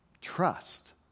trust